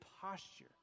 posture